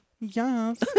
Yes